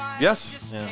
Yes